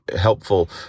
helpful